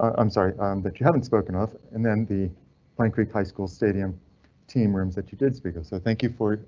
i'm sorry that you haven't spoken up and then the pine creek high school stadium team rooms that you did speaker, so thank you for